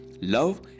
love